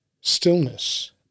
stillness